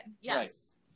Yes